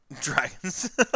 Dragons